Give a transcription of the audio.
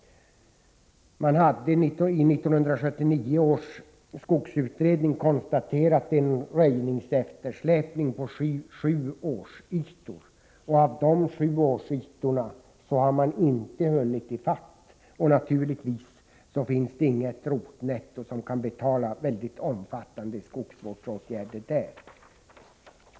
I 1979 års skogsutredning konstaterades en röjningseftersläpning på sju årsytor, och de sju årsytorna har man inte hunnit i fatt, och naturligtvis finns det inget rotnetto som kan betala mycket omfattande skogsvårdsåtgärder där.